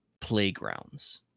playgrounds